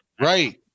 right